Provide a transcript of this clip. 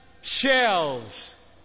shells